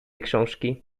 książki